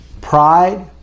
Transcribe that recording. pride